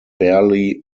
barely